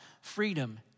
freedom